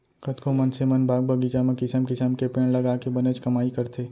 कतको मनसे मन बाग बगीचा म किसम किसम के पेड़ लगाके बनेच कमाई करथे